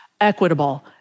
equitable